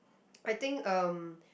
I think um